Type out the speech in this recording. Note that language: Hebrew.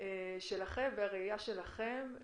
והראייה שלכם